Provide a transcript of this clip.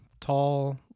tall